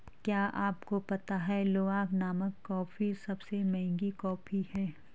क्या आपको पता है लूवाक नामक कॉफ़ी सबसे महंगी कॉफ़ी है?